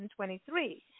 2023